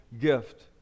gift